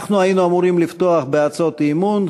אנחנו היינו אמורים לפתוח בהצעות אי-אמון.